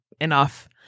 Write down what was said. enough